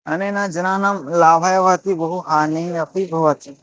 अनेन जनानां लाभाय भवति बहु हानिः अपि भवति